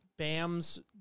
Bam's